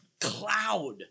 cloud